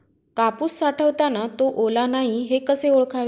कापूस साठवताना तो ओला नाही हे कसे ओळखावे?